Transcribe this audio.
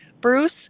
Bruce